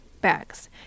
bags